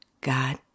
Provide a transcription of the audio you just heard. God